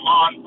on